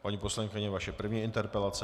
Paní poslankyně, vaše první interpelace.